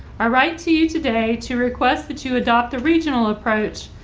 i write to you today to request that you adopt a regional approach,